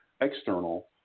external